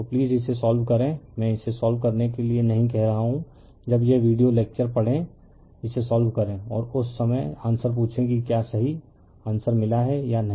तो प्लीज इसे सोल्व करें मैं इसे सोल्व करने के लिए नहीं कह रहा हूं जब यह वीडियो लेक्चर पढ़े इसे सोल्व करें और उस समय आंसर पूछें कि क्या सही आंसर मिला है या नहीं